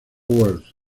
worth